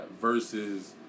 versus